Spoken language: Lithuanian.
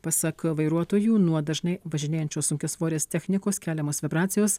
pasak vairuotojų nuo dažnai važinėjančios sunkiasvorės technikos keliamos vibracijos